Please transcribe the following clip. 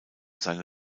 seine